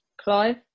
clive